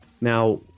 Now